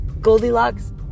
Goldilocks